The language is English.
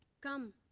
come,